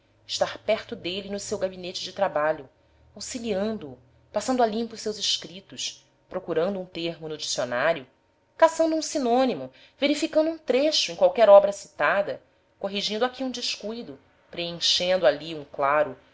estar perto dele no seu gabinete de trabalho auxiliando o passando a limpo os seus escritos procurando um termo no dicionário caçando um sinônimo verificando um trecho em qualquer obra citada corrigindo aqui um descuido preenchendo ali um claro